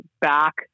back